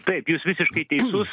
taip jūs visiškai teisus